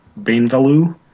Bainvalu